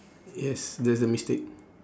yes there's a mistake